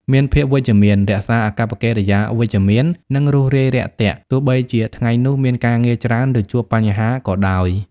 មានភាពវិជ្ជមាន រក្សាអាកប្បកិរិយាវិជ្ជមាន និងរួសរាយរាក់ទាក់ ទោះបីជាថ្ងៃនោះមានការងារច្រើន ឬជួបបញ្ហាក៏ដោយ។